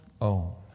own